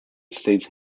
states